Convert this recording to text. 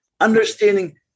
Understanding